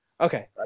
Okay